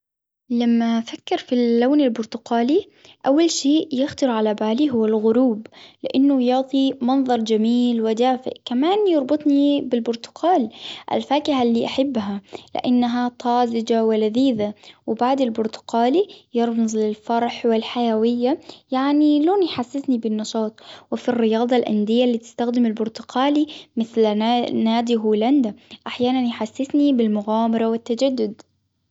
لما أفكر في اللون البرتقالي أول شئ يخطر علي بالي هو الغروب، لأنه يعطي منظر جميل ودافئ ، كمان يربطني بالبرتقال الفاكهة اللي أحبها، لأنها طازجة ولذيذة، وبعد البرتقالي يرمز للفرح والحيوية ، يحسسني بالنشاط وفي الرياضة الأندية اللي بتستخدم البرتقالي مثل نادي هولندا ، أحيانا يحسسني بالمغامرة والتجدد.